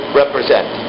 represent